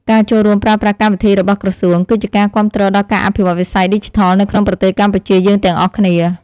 ការចូលរួមប្រើប្រាស់កម្មវិធីរបស់ក្រសួង គឺជាការគាំទ្រដល់ការអភិវឌ្ឍន៍វិស័យឌីជីថលនៅក្នុងប្រទេសកម្ពុជាយើងទាំងអស់គ្នា។